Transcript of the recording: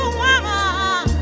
woman